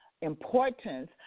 importance